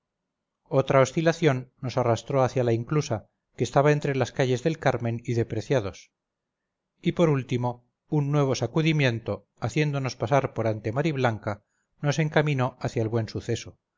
otra oscilación nos arrastró hacia la inclusa que estaba entre las calles del carmen y de preciados y por último un nuevo sacudimiento haciéndonos pasar por ante mariblanca nos encaminó hacia el buen suceso